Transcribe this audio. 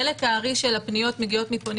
חלק הארי של הפניות מגיעות מפונים